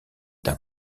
d’un